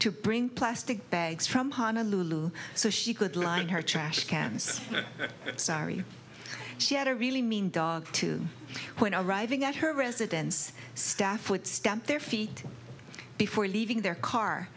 to bring plastic bags from honolulu so she could line her trash cans sorry she had a really mean dog to point out arriving at her residence staff would stamp their feet before leaving their car